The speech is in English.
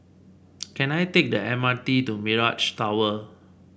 can I take the M R T to Mirage Tower